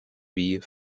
wie